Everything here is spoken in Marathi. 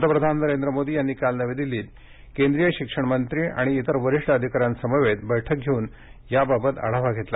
पंतप्रधान नरेंद्र मोदी यांनी काल नवी दिल्लीत केंद्रीय शिक्षणमंत्री आणि इतर वरिष्ठ अधिकाऱ्यांसमवेत बैठक घेवून याबाबतचा आढावा घेतला